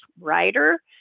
writer